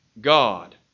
God